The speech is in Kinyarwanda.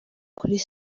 kuri